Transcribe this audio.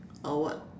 or what